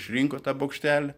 išrinko tą bokštelį